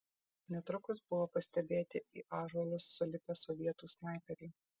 netrukus buvo pastebėti į ąžuolus sulipę sovietų snaiperiai